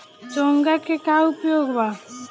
चोंगा के का उपयोग बा?